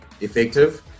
effective